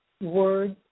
words